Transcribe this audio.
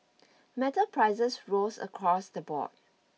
metal prices rose across the board